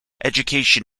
education